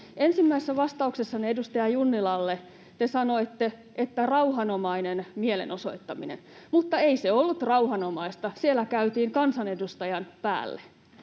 Ensimmäisessä vastauksessanne edustaja Junnilalle te sanoitte, että ”rauhanomainen mielenosoittaminen”, mutta ei se ollut rauhanomaista. Siellä käytiin kansanedustajan päälle.